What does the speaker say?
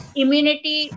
immunity